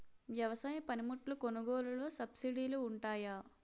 వ్యవసాయ పనిముట్లు కొనుగోలు లొ సబ్సిడీ లు వుంటాయా?